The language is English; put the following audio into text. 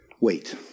wait